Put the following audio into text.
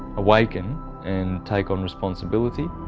awaken and take on responsibility,